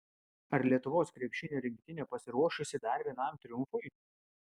ar lietuvos krepšinio rinktinė pasiruošusi dar vienam triumfui